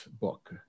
book